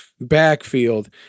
backfield